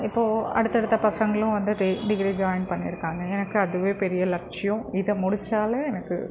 இப்போது அடுத்த அடுத்த பசங்களும் வந்து டி டிகிரி ஜாய்ன் பண்ணியிருக்காங்க எனக்கு அதுவே பெரிய லட்சியம் இதை முடித்தாலே எனக்கு